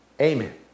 Amen